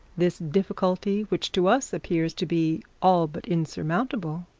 this difficulty which to us appears to be all but insurmountable.